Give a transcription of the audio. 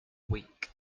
week